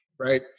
right